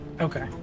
Okay